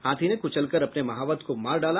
हाथी ने कुचलकर अपने महावत को मार डाला